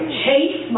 chase